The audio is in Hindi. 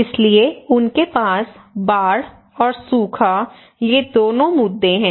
इसलिए उनके पास बाढ़ औरसूखा दोनों मुद्दे हैं